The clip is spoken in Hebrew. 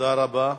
תודה רבה.